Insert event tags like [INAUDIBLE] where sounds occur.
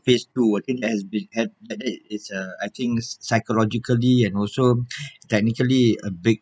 phase two I think it has been help but then it's a I think psychologically and also [BREATH] technically a big